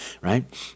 Right